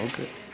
אוקיי.